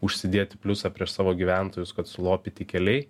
užsidėti pliusą prieš savo gyventojus kad sulopyti keliai